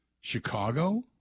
Chicago